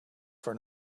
for